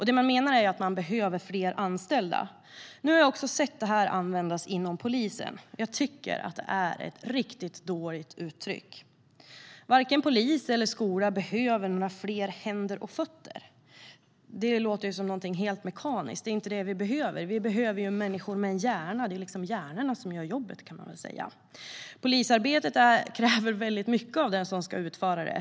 Det man menar är att man behöver fler anställda. Nu har jag också sett det användas inom polisen. Jag tycker att det är ett riktigt dåligt uttryck. Varken polis eller skola behöver fler händer och fötter. Det låter ju som något helt mekaniskt, och det är inte det vi behöver. Vi behöver människor med en hjärna. Det är ju hjärnorna som gör jobbet. Polisarbetet kräver väldigt mycket av den som ska utföra det.